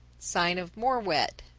sign of more wet.